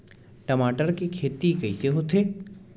टमाटर के खेती कइसे होथे?